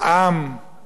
על מדינה,